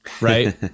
Right